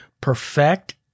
perfect